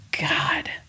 God